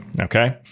Okay